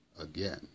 again